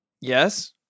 Yes